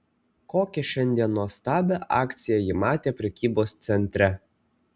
kokią šiandien nuostabią akciją ji matė prekybos centre